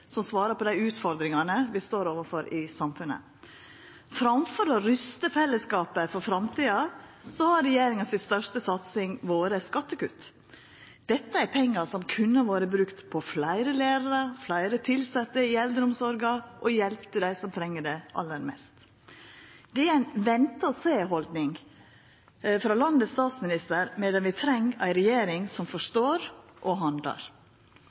som svarar på dei utfordringane vi står overfor i samfunnet. Framfor å rusta fellesskapet for framtida har den største satsinga til regjeringa vore skattekutt. Dette er pengar som kunne vore brukte på fleire lærarar, fleire tilsette i eldreomsorga og hjelp til dei som treng det aller mest. Det er ei vente-og-sjå-haldning hos landets statsminister, medan vi treng ei regjering som forstår og handlar.